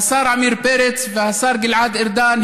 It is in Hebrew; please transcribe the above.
השר עמיר פרץ והשר גלעד ארדן,